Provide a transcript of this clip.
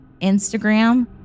Instagram